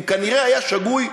כנראה היה שגוי מיסודו,